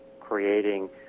creating